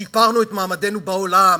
שיפרנו את מעמדנו בעולם?